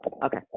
Okay